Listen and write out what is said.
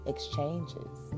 Exchanges